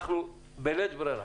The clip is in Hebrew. בלית ברירה